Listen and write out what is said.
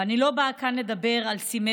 ואני לא באה כאן לדבר על סימטריה,